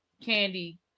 Candy